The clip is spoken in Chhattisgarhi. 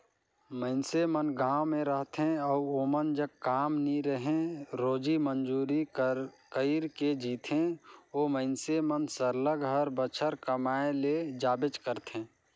मइनसे मन गाँव में रहथें अउ ओमन जग काम नी रहें रोजी मंजूरी कइर के जीथें ओ मइनसे मन सरलग हर बछर कमाए ले जाबेच करथे